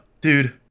dude